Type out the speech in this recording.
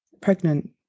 pregnant